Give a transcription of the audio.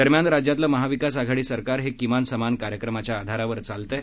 दरम्यान राज्यातलं महाविकास आघाडी सरकार हे किमान समान कार्यक्रमाच्या आधारावर चालत आहे